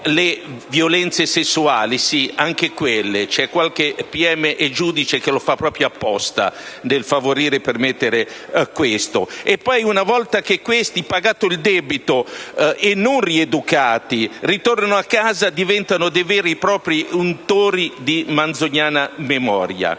le violenze sessuali. Sì, anche quelle; c'è qualche pm o giudice che lo fa proprio apposta nel favorire e permettere questo. Una volta che queste persone, pagato il debito ma non rieducate, ritornano a casa, diventano dei veri e propri untori di manzoniana memoria.